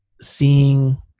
seeing